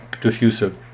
diffusive